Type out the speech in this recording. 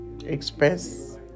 express